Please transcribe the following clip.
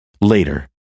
Later